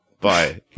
bye